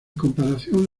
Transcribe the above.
comparación